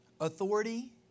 authority